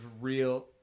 real